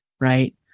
right